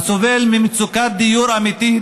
הסובל ממצוקת דיור אמיתית